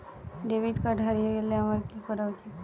Debit card হারিয়ে গেলে আমার কি করা উচিৎ?